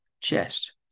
chest